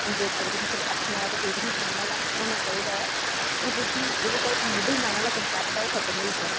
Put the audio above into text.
जे अगर तुसें किश आक्खना ऐ ते कोई तुसेंगी सुनने आह्ला होना चाहि्दा ऐ एह् जेह्की एह् जेह्का इक मिडल मैन आह्ला कंसैपट ओह् खत्म होई गेदा